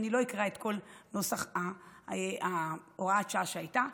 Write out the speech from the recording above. אני לא אקרא את כל נוסח הוראת השעה שהייתה.